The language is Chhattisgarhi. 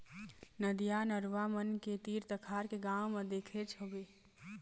नदिया, नरूवा मन के तीर तखार के गाँव ल तो देखेच होबे